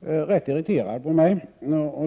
rätt irriterad på mig.